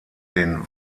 den